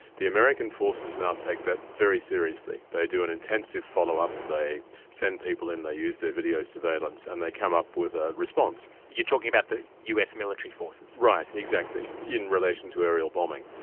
the american forces now take that very seriously. they do an intensive follow-up, they send people in, they use their video surveillance, and they come up with a response. you're talking about the us military forces? right, exactly, in relation to aerial bombing.